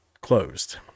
closed